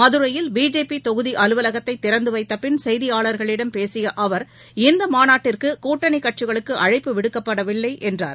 மதுரையில் பிஜேபி தொகுதி அலுவலகத்தை திறந்து வைத்த பின் செய்தியாளா்களிடம் பேசிய அவர் இந்த மாநாட்டிற்கு கூட்டணி கட்சிகளுக்கு அழைப்பு விடுக்கப்படவில்லை என்றார்